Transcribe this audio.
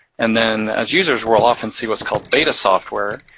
and then as users, we'll often see what's called beta software,